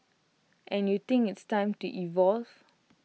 and you think it's time to evolve